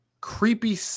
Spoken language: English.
creepy